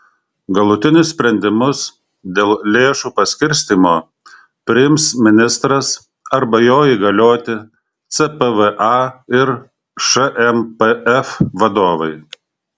galutinius sprendimus dėl lėšų paskirstymo priims ministras arba jo įgalioti cpva ir šmpf vadovai